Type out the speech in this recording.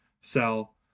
sell